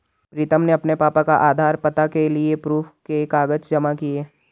प्रीतम ने अपने पापा का आधार, पता के लिए प्रूफ के कागज जमा किए